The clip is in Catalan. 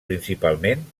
principalment